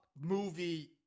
movie